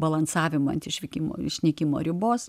balansavimą ant išvykimo išnykimo ribos